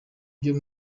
byo